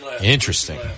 interesting